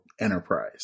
Enterprise